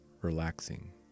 relaxing